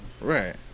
Right